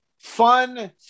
fun